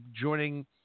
joining